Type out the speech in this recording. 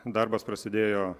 darbas prasidėjo